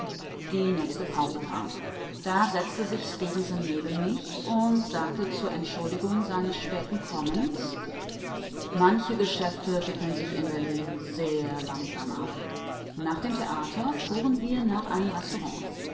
die nächste pause kam da setzte sich stefenson neben mich und sagte zur entschuldigung seines späten kommens manche geschäfte wickeln sich in berlin sehr langsam ab nach dem theater fuhren wir nach einem